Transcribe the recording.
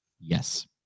Yes